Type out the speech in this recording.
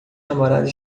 namorada